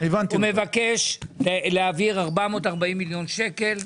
הוא מבקש להעביר 440 מיליון שקל,